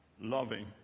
loving